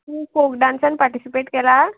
तुमी फोक डांसान पार्टिसिपेट केला